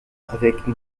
avec